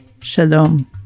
shalom